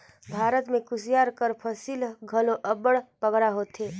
भारत में कुसियार कर फसिल घलो अब्बड़ बगरा होथे